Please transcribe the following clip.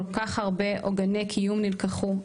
כל כך הרבה עוגני קיום נלקחו.